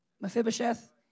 Mephibosheth